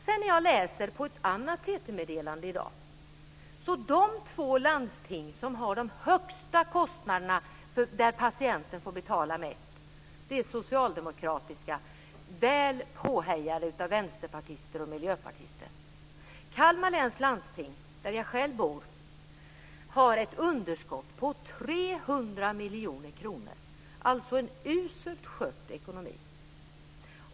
Sedan har jag läst i ett TT-meddelande i dag att de två landsting som har de högsta kostnaderna för patienten är socialdemokratiska, väl påhejade av vänsterpartister och miljöpartister. Kalmar läns landsting där jag själv hör hemma har ett underskott på 300 miljoner kronor - alltså en uselt skött ekonomi.